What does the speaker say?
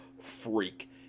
freak